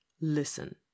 listen